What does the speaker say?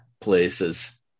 places